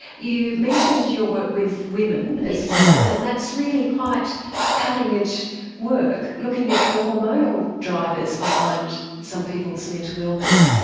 you mentioned your work with women as well and that's really quite cutting edge work, looking at the hormonal drivers behind some people's mental illness.